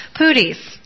Pooties